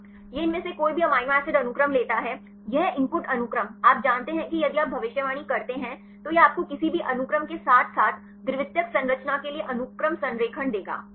यह इनमें से कोई भी अमीनो एसिड अनुक्रम लेता है यह इनपुट अनुक्रम आप जानते हैं कि यदि आप भविष्यवाणी करते हैं तो यह आपको किसी भी अनुक्रम के साथ साथ द्वितीयक संरचना के लिए अनुक्रम संरेखण देगा